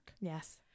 Yes